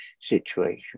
situation